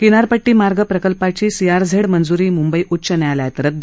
किनारपट्टी मार्ग प्रकल्पाची सीआरझेड मंज्री मुंबई उच्च न्यायालयात रदद